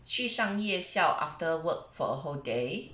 去上夜校 after work for a whole day